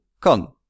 con